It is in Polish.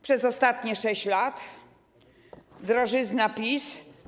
Przez ostatnie 6 lat drożyzna PiS.